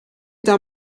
der